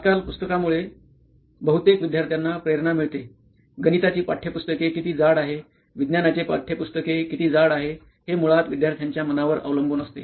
आजकाल पुस्तकामुळे आजकाल बहुतेक विद्यार्थ्याना प्रेरणा मिळते गणिताची पाठ्यपुस्तके किती जाड आहे विज्ञानाचे पाठ्यपुस्तके किती जाड आहे हे मुळात विद्यार्थ्यांच्या मनावर अवलंबून असते